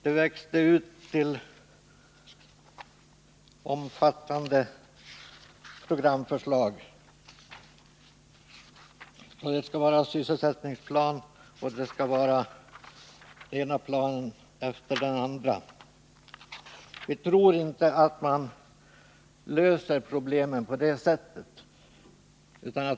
Det växte ut till omfattande programförslag. Det skall vara sysselsättningsplan och det skall vara den ena planen efter den andra. Vi tror inte att man löser problemen på det sättet.